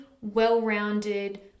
well-rounded